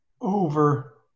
over